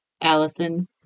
Allison